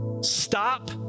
Stop